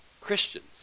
Christians